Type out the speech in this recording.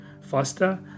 faster